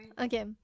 Okay